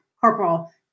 corporal